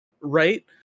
right